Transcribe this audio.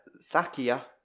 Sakia